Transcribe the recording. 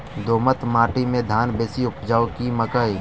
दोमट माटि मे धान बेसी उपजाउ की मकई?